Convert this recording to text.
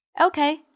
Okay